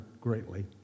greatly